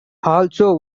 also